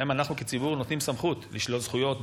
להן אנחנו כציבור נותנים סמכות לשלול זכויות,